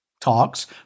Talks